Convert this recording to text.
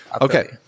Okay